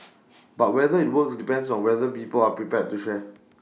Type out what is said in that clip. but whether IT works depends on whether people are prepared to share